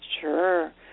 Sure